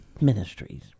Ministries